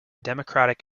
democratic